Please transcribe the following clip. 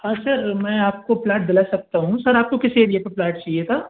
हाँ सर मैं आपको फ्लैट दिलवा सकता हूँ सर आपको किसी एरिया पे फ्लैट चाहिए था